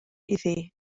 iddi